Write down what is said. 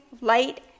light